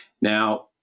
Now